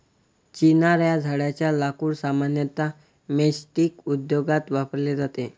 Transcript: चिनार या झाडेच्या लाकूड सामान्यतः मैचस्टीक उद्योगात वापरले जाते